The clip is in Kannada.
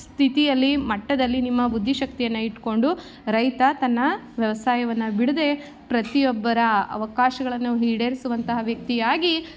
ಸ್ಥಿತಿಯಲ್ಲಿ ಮಟ್ಟದಲ್ಲಿ ನಿಮ್ಮ ಬುದ್ಧಿಶಕ್ತಿಯನ್ನು ಇಟ್ಕೊಂಡು ರೈತ ತನ್ನ ವ್ಯವಸಾಯವನ್ನು ಬಿಡದೇ ಪ್ರತಿಯೊಬ್ಬರ ಅವಕಾಶಗಳನ್ನು ಈಡೇರಿಸುವಂತಹ ವ್ಯಕ್ತಿಯಾಗಿ